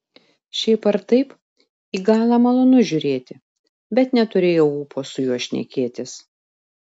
šiaip ar taip į galą malonu žiūrėti bet neturėjau ūpo su juo šnekėtis